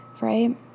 right